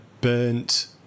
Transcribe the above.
burnt